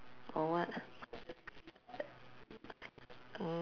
or what mm